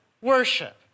worship